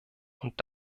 und